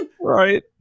Right